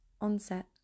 Onset